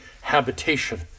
habitation